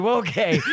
okay